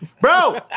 Bro